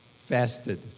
fasted